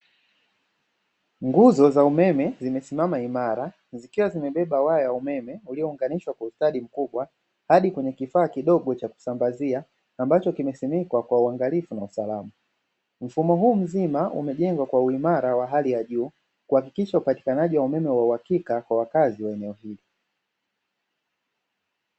Nguzo za umeme zimesimama imara, zikiwa zimebeba waya wa umeme uliounganishwa kwa ustadi mkubwa hadi kwenye kifaa kidogo cha kusambazia ambacho kimesimikwa kwa uangalifu na usalama. Mfumo huu mzima umejengwa kwa uimara wa hali ya juu kuhakikisha upatikanaji wa umeme wa uhakika kwa wakazi wa eneo hilo.